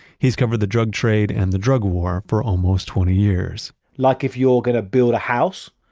he's covered the drug trade and the drug war for almost twenty years like if you're going to build a house,